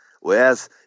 Whereas